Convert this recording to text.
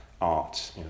art